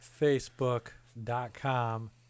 facebook.com